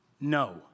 no